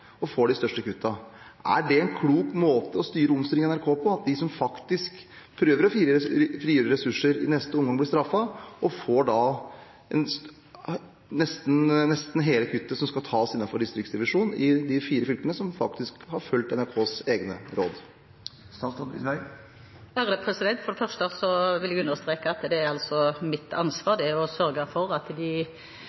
og frigjøre journalistiske ressurser, er de to regionene som blir straffet og får de største kuttene. Er det en klok måte å styre omstillingen i NRK på at de som faktisk prøver å frigjøre ressurser, i neste omgang blir straffet, da nesten hele kuttet som skal tas innenfor distriktsdivisjonen, skjer i de fire fylkene som har fulgt NRKs egne råd? For det første vil jeg understreke at det er mitt ansvar å sørge for at NRK følger de